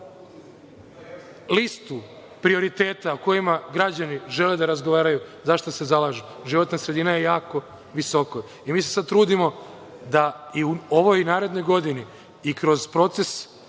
listu prioriteta o kojima građani žele da razgovaraju, za šta se zalažu, životna sredina je jako visoko. Mi se sad trudimo da i u ovoj i narednoj godini i kroz proces